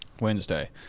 Wednesday